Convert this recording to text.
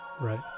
Right